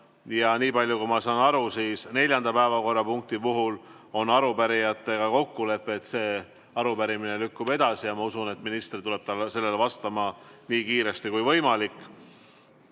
Ja nii palju, kui ma saan aru, siis neljanda päevakorrapunkti puhul on arupärijatega kokkulepe, et see arupärimine lükkub edasi. Ma usun, et minister tuleb sellele vastama nii kiiresti kui võimalik. Ma